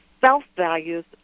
self-values